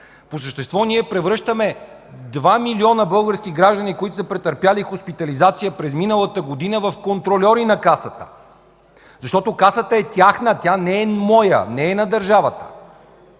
По същество ние превръщаме два милиона български граждани, които са претърпели хоспитализация през миналата година, в контрольори на Касата, защото Касата е тяхна, тя не е моя, не е на държавата.